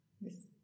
Yes